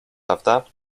prawda